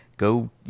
Go